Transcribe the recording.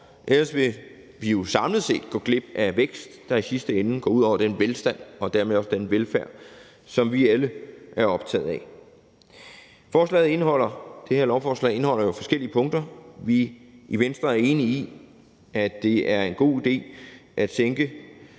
ellers vil vi jo samlet set gå glip af vækst, hvilket i sidste ende går ud over den velstand og dermed også den velfærd, som vi alle er optaget af. Det her lovforslag indeholder jo forskellige punkter. I Venstre er vi enige i, at det er en god idé at sænke